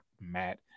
Matt